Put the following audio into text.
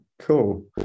cool